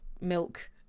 milk